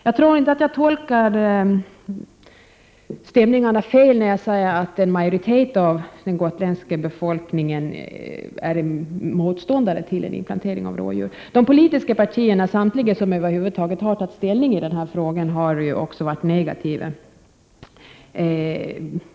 Jag tror inte att jag tolkar stämningarna fel när jag säger att en majoritet av den gotländska befolkningen är motståndare till en inplantering av rådjur. Samtliga de politiska partier som över huvud taget har tagit ställning i denna fråga har också varit negativa.